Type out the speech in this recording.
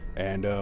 and